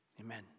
Amen